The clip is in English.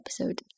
episode